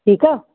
ठीकु आहे